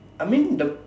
I mean the